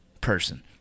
person